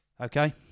Okay